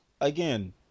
Again